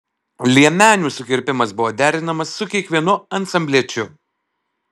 liemenių sukirpimas buvo derinamas su kiekvienu ansambliečiu